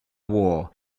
war